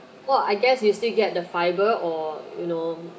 well I guess you still get the fibre or you know